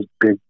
big